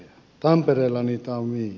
tampereella niitä on viisi